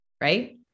right